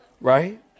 Right